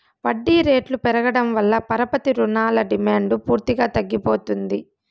వడ్డీ రేట్లు పెరగడం వల్ల పరపతి రుణాల డిమాండ్ పూర్తిగా తగ్గిపోతుంది